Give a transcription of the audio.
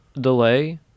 delay